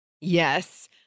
Yes